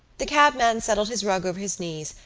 the cabman settled his rug over his knees,